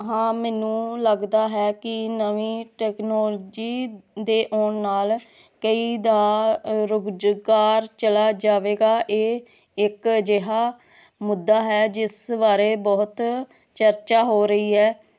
ਹਾਂ ਮੈਨੂੰ ਲੱਗਦਾ ਹੈ ਕਿ ਨਵੀਂ ਟੈਕਨੋਲਜੀ ਦੇ ਆਉਣ ਨਾਲ ਕਈ ਦਾ ਰੁਜ਼ਗਾਰ ਚਲਾ ਜਾਵੇਗਾ ਇਹ ਇੱਕ ਅਜਿਹਾ ਮੁੱਦਾ ਹੈ ਜਿਸ ਬਾਰੇ ਬਹੁਤ ਚਰਚਾ ਹੋ ਰਹੀ ਹੈ